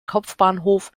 kopfbahnhof